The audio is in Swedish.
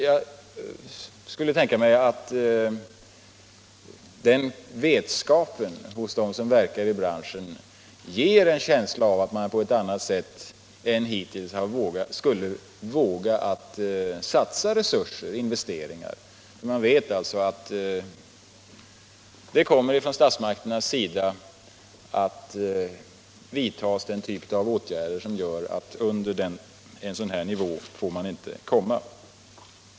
Jag skulle tänka mig, att den vetskapen hos dem som verkar i branschen ger en känsla av att man på ett annat sätt än hittills vågar satsa resurser på investeringar. Man vet att statsmakterna kommer att vidta åtgärder som gör att man inte får komma under en viss nivå.